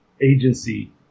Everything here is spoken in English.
agency